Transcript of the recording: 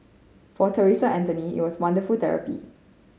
for Theresa Anthony it was wonderful therapy